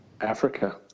Africa